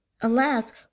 alas